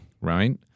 Right